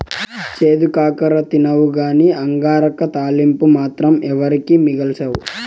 చేదు కాకర తినవుగానీ అంగాకర తాలింపు మాత్రం ఎవరికీ మిగల్సవు